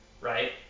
right